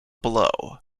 below